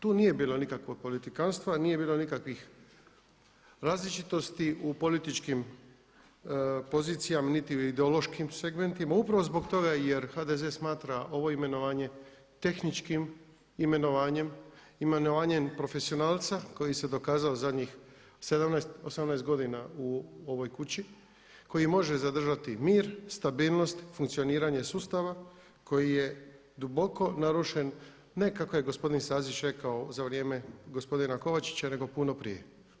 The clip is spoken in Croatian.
Tu nije bilo nikakvog politikanstva, nije bilo nikakvih različitosti u političkim pozicijama niti u ideološkim segmentima upravo zbog toga jer HDZ smatra ovo imenovanje tehničkim imenovanjem, imenovanjem profesionalca koji se dokazao zadnjih 17, 18 godina u ovoj kući, koji može zadržati mir, stabilnost funkcioniranja sustava koji je duboko narušen, ne kako je gospodin Stazić rekao za vrijeme gospodina Kovačića nego puno prije.